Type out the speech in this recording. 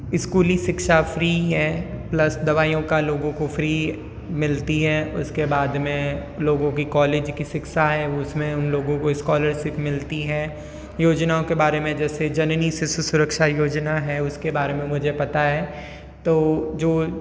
स्कूली शिक्षा फ्री है प्लस दवाइयों का लोगों को फ्री मिलती है और उसके बाद में लोगों की कॉलेज की शिक्षा है उसमें उन लोगों को स्कॉलरशिप मिलती है योजनाओं के बारे में जैसे जननी शिशु सुरक्षा योजना है उसके बारे में मुझे पता है तो जो